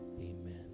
Amen